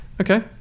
Okay